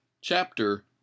Chapter